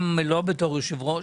גם לא בתור יושב-ראש,